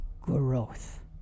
growth